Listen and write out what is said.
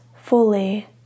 fully